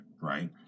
Right